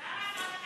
כל פעם אנחנו